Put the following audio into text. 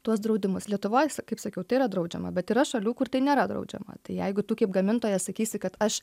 tuos draudimus lietuvoj kaip sakiau tai yra draudžiama bet yra šalių kur tai nėra draudžiama tai jeigu tu kaip gamintojas sakysi kad aš